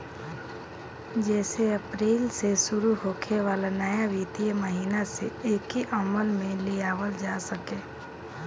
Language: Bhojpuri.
जेसे अप्रैल से शुरू होखे वाला नया वित्तीय महिना से एके अमल में लियावल जा सके